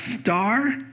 star